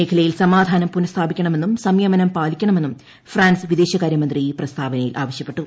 മേഖലയിൽ സമാധാനം പുനഃസ്ഥാപിക്കണമെന്നും സംയമനം പാലിക്കണമെന്നും ഫ്രാൻസ് വിദേശകാരൃമന്ത്രി പ്രസ്താവനയിൽ ആവശൃപ്പെട്ടു